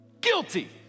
guilty